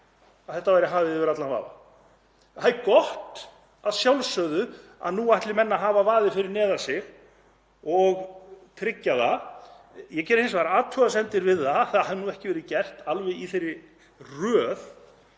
þetta væri hafið yfir allan vafa. Það er að sjálfsögðu gott að nú ætli menn að hafa vaðið fyrir neðan sig og tryggja það. Ég geri hins vegar athugasemdir við að það hafi ekki verið gert alveg í þeirri röð,